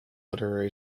literary